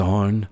on